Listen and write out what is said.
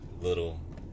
little